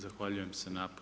Zahvaljujem se na